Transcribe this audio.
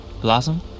Blossom